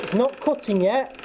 not cutting it,